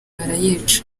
barayica